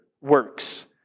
works